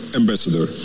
ambassador